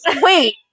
Wait